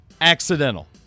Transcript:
accidental